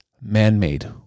man-made